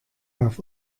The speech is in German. auf